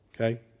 Okay